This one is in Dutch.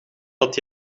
dat